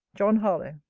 john harlowe.